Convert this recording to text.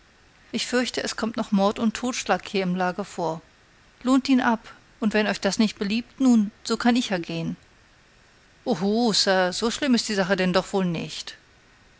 ich fürchte es kommt noch mord und totschlag hier im lager vor lohnt ihn ab und wenn euch das nicht beliebt nun so kann ich ja gehen oho sir so schlimm ist die sache denn doch wohl nicht